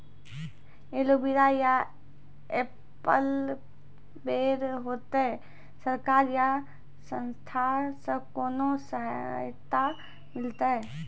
Aloe vera या apple बैर होते? सरकार या संस्था से कोनो सहायता मिलते?